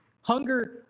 Hunger